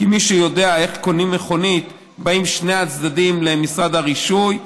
כי מי שיודע איך קונים מכונית: באים שני הצדדים למשרד הרישוי,